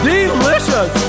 Delicious